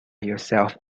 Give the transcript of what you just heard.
yourself